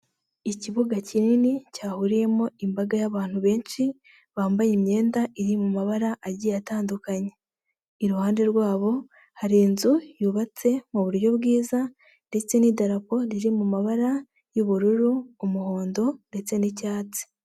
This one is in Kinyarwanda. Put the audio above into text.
Ikibuga kinini cyahuriyemo imbaga y'abantu benshi bambaye imyenda iri mu mabara agiye atandukanye, iruhande rwabo hari inzu yubatse muburyo bwiza ndetse n'idarapo riri mu mabara y'ubururu, umuhondo ndetse n'icyatsi.